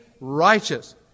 righteous